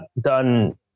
done